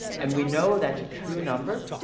and we know that's a true number,